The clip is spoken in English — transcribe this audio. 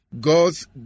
god's